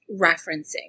referencing